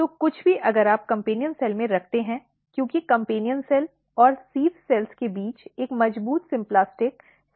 तो कुछ भी अगर आप कम्पेन्यन सेल में रखते हैं क्योंकि कम्पेन्यन सेल और सिव कोशिकाओं के बीच एक मजबूत सिंप्लास्टिक सेल से सेल कम्युनिकेशन है